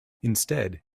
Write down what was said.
instead